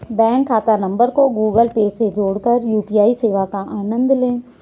bank खाता number को Google Pay से जोड़कर यू.पी.आई सेवा का आनंद लें